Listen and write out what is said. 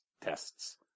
tests